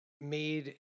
made